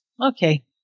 Okay